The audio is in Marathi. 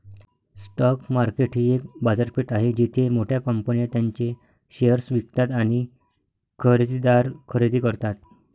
स्टॉक मार्केट ही एक बाजारपेठ आहे जिथे मोठ्या कंपन्या त्यांचे शेअर्स विकतात आणि खरेदीदार खरेदी करतात